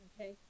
Okay